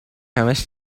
همش